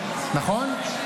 נכון.